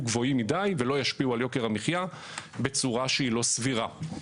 גבוהים מדיי ולא ישפיעו על יוקר המחיה בצורה שהיא לא סבירה.